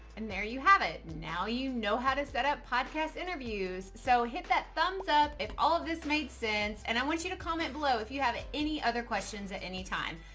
and there you have it. now you know how to set up podcast interviews. so hit that thumbs up if all of this made sense. and i want you to comment below if you have any other questions at any time.